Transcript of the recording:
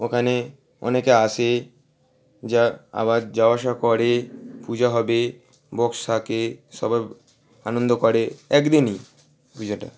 ওখানে অনেকে আসে যা আবার যাওয়া আসা করে পূজা হবে বক্স থাকে সবাই আনন্দ করে এক দিনই পূজাটা